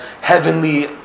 heavenly